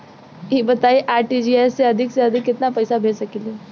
ई बताईं आर.टी.जी.एस से अधिक से अधिक केतना पइसा भेज सकिले?